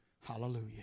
Hallelujah